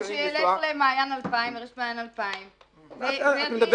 אז שיילך לרשת "מעיין אלפיים" ויטעין.